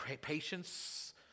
patience